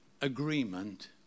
agreement